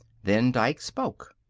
then dike spoke.